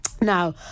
Now